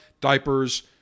diapers